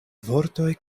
vortoj